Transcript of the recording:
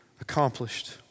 Accomplished